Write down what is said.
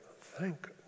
thank